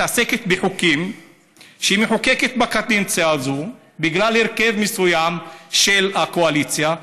מתעסקת בחוקים שהיא מחוקקת בקדנציה הזאת בגלל הרכב מסוים של הקואליציה.